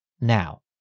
now